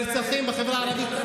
הנרצחים בחברה הערבית,